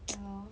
ya lor